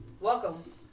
welcome